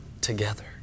together